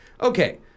okay